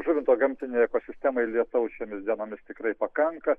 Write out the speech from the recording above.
žuvinto gamtinei ekosistemai lietaus šiomis dienomis tikrai pakanka